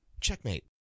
Checkmate